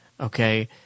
okay